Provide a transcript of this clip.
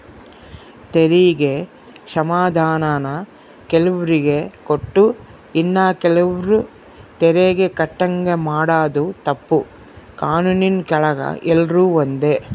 ತೆರಿಗೆ ಕ್ಷಮಾಧಾನಾನ ಕೆಲುವ್ರಿಗೆ ಕೊಟ್ಟು ಇನ್ನ ಕೆಲುವ್ರು ತೆರಿಗೆ ಕಟ್ಟಂಗ ಮಾಡಾದು ತಪ್ಪು, ಕಾನೂನಿನ್ ಕೆಳಗ ಎಲ್ರೂ ಒಂದೇ